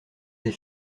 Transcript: des